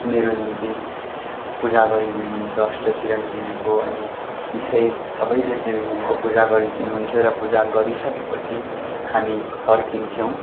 मेरो निम्ति पूजा गरिदिनु हुन्थ्यो अस्टचिरञ्जिवीको अनि धेरै सबै देवदेवीगणको पूजा गरिदिनु हुन्थ्यो अनि पूजा गरिसकेपछि हामी फर्किन्थ्यौँ